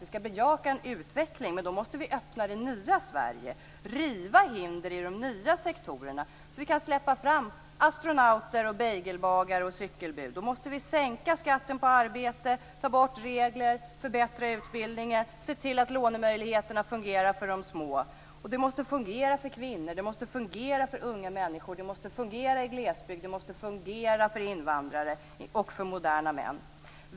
Vi skall bejaka en utveckling, men då måste vi öppna det nya Sverige och riva hinder i de nya sektorerna så att vi kan släppa fram astronauter, bagel-bagare och cykelbud. Då måste vi sänka skatten på arbete, ta bort regler, förbättra utbildningen och se till att lånemöjligheterna fungerar för de små. Det måste fungera för kvinnor. Det måste fungera för unga människor. Det måste fungera i glesbygd. Det måste fungera för invandrare och för moderna män.